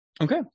Okay